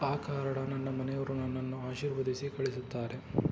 ಆ ಕಾರಣ ನನ್ನ ಮನೆಯವರು ನನ್ನನ್ನು ಆಶೀರ್ವದಿಸಿ ಕಳಿಸುತ್ತಾರೆ